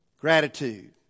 Gratitude